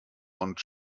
und